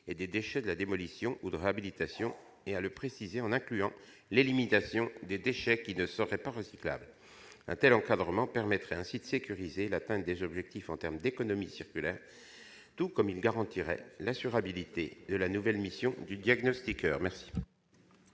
et des déchets de la démolition ou de la réhabilitation et à le préciser en incluant l'élimination des déchets qui ne seraient pas recyclables. Un tel encadrement permettrait de sécuriser l'atteinte des objectifs en termes d'économie circulaire, tout comme il garantirait l'assurabilité de la nouvelle mission du diagnostiqueur. La